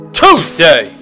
tuesday